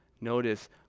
Notice